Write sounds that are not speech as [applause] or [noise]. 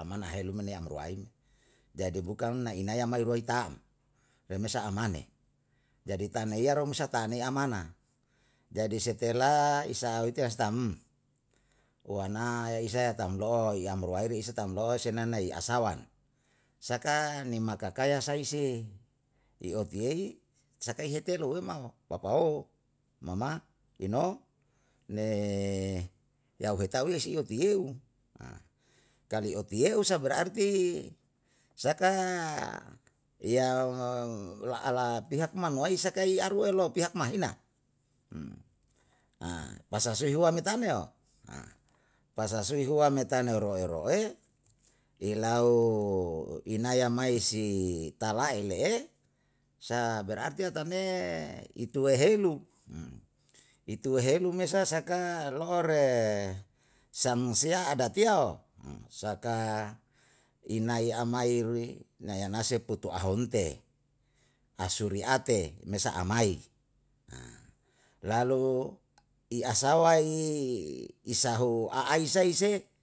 amanahelu me ni amruain, jadi bukan nai inae amaruai tam pemesa amane, jadi taneiyaro me sa ta'anei amana jadi setelah isa aute as taam wana isa ye tamlo'o i amruai reisa tamlo'o senanai asalan, saka ni makakaya saise i otiyei saka uhiti elumau papao, mama, ino ne yauhetau ye hotiyeu, [hesitation] kalu otiyeu sa berarti saka yaum laala pihak manuwai sakai aruwelo pihak mahina, [hesitation] pasasui huwame taneo [hesitation] pasasui huwame taneroe roe, elau inaya mai si tala'e le'e san berarti atane ituwehelu, [hesitation] ituwehelu me sasaka lo'ore samusiya adatiyao, [hesitation] saka inai amairu nayanase putuahonte, asuate me sa'a mai, [hesitation] lalu i asawai isahu aaisa ise